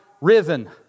risen